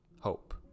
hope